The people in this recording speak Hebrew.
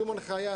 שום הנחייה,